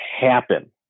happen